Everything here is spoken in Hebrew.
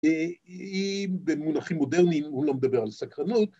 ‫היא במונחים מודרניים, ‫הוא לא מדבר על סקרנות.